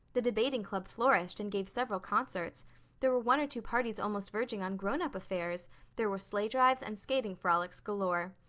the debating club flourished and gave several concerts there were one or two parties almost verging on grown-up affairs there were sleigh drives and skating frolics galore.